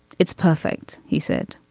it's perfect he said